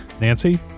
Nancy